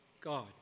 God